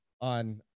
On